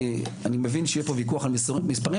ואני מבין שיהיה פה ויכוח על מספרים,